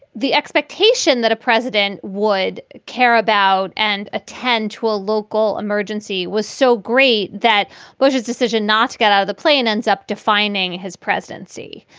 the expectation that a president would care about and attend to a local emergency was so great that bush's decision not to get out of the plane ends up defining his presidency.